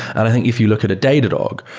and i think if you look at a datadog,